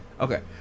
Okay